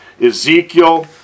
Ezekiel